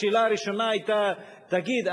השאלה הראשונה היתה: תגיד,